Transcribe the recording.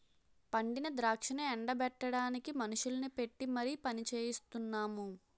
పండిన ద్రాక్షను ఎండ బెట్టడానికి మనుషుల్ని పెట్టీ మరి పనిచెయిస్తున్నాము